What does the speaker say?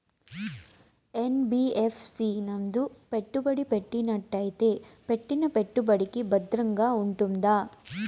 NBFC నందు పెట్టుబడి పెట్టినట్టయితే పెట్టిన పెట్టుబడికి భద్రంగా ఉంటుందా?